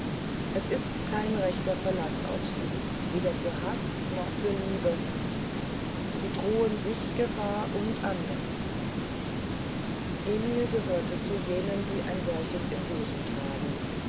es ist kein rechter verlaß auf sie weder für haß noch für liebe sie drohen sich gefahr und andern emil gehörte zu jenen die ein solches im busen tragen